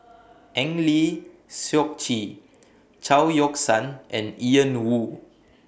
Eng Lee Seok Chee Chao Yoke San and Ian Woo